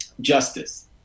justice